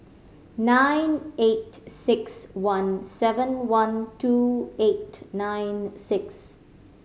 nine eight six one seven one two eight nine six